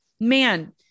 man